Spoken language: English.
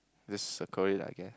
this circle okay